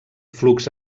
flux